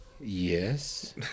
Yes